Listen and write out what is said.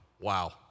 Wow